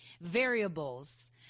variables